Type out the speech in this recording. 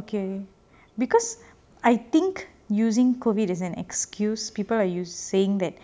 okay because I think using COVID is an excuse people are you saying that